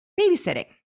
babysitting